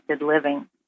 living